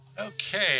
Okay